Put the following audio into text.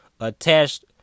attached